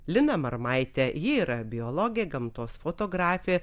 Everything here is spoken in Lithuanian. liną marmaitę ji yra biologė gamtos fotografė